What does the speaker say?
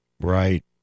Right